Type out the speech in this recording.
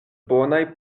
bonaj